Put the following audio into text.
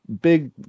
big